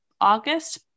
August